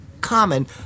common